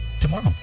Tomorrow